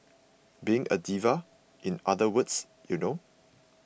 being a diva in other words you know